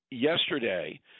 Yesterday